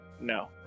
No